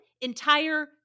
entire